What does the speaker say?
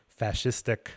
fascistic